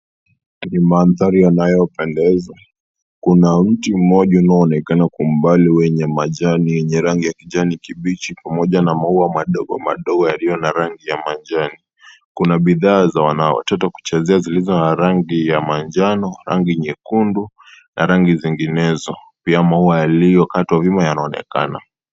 Hii ni mandhari inayopendeza, kuna mti mona unaonekana kwa umbali wenye majani ya kijani kibichi pamoja na maua madogo madogo yaliyo na rangi na manjano . Kuna bidhaa za Wana watoto kuchezea zilizo na rangi ya manjano, rangi nyekundu na rangi zinginezo ,pia maua yaliyokatwa fimbo yanaonekana.